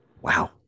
Wow